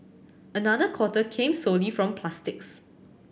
another quarter came solely from plastics